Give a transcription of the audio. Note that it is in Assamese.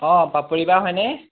অঁ পাপৰি বা হয়নে